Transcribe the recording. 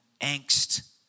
angst